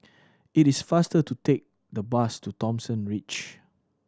it is faster to take the bus to Thomson Ridge